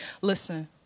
Listen